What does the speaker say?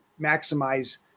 maximize